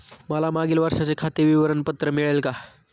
मला मागील वर्षाचे खाते विवरण पत्र मिळेल का?